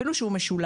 אפילו שהוא משולב,